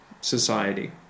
society